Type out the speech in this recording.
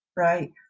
Right